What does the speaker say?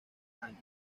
años